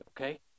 okay